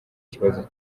ikibazo